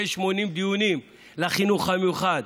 כ-80 דיונים לחינוך המיוחד.